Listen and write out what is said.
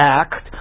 act